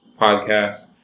podcast